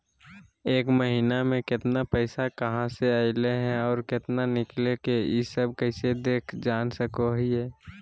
एक महीना में केतना पैसा कहा से अयले है और केतना निकले हैं, ई सब कैसे देख जान सको हियय?